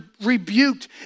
rebuked